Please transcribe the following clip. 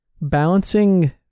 balancing